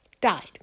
died